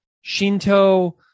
Shinto